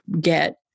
get